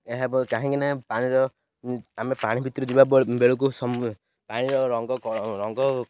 ଏହା କାହିଁକି ନା ପାଣିର ଆମେ ପାଣି ଭିତରୁ ଯିବା ବେଳକୁ ପାଣିର ରଙ୍ଗ ରଙ୍ଗ